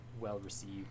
well-received